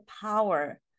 power